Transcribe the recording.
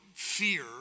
Fear